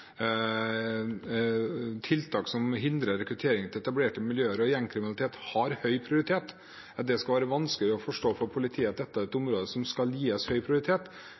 tiltak som hindrer rekruttering til etablerte miljøer og gjengkriminalitet, har høy prioritet. At det skal være vanskelig å forstå for politiet at dette et område som skal gis høy prioritet,